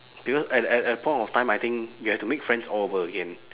because at at that point of time I think you have to make friends all over again